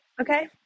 Okay